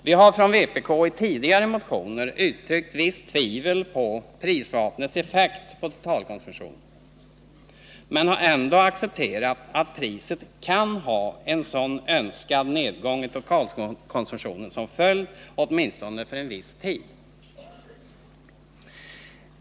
Vi har från vpk i tidigare motioner uttryckt visst tvivel beträffande prisvapnets effekt på totalkonsumtionen, men har ändå accepterat att priset kan få en sådan önskad nedgång i totalkonsumtionen som följd, åtminstone för en viss tid.